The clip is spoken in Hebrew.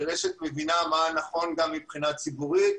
רשת מבינה מה נכון מבחינה ציבורית,